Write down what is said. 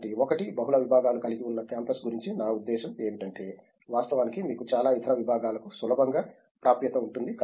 కాబట్టి ఒకటి బహుళ విభాగాలు కలిగి ఉన్న క్యాంపస్ గురించి నా ఉద్దేశ్యం ఏమిటంటే వాస్తవానికి మీకు చాలా ఇతర విభాగాలకు సులభంగా ప్రాప్యత ఉంటుంది